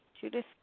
Judith